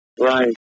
Right